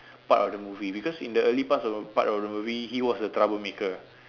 part of the movie because in the early parts part of the movie he was the troublemaker